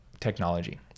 technology